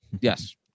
Yes